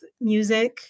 music